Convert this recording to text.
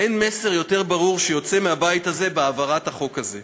אין מסר יותר ברור שיוצא מהבית הזה בהעברת החוק הזה.